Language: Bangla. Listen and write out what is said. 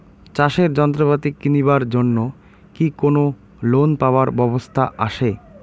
চাষের যন্ত্রপাতি কিনিবার জন্য কি কোনো লোন পাবার ব্যবস্থা আসে?